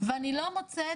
ואני לא מוצאת,